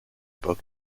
book